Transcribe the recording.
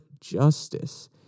justice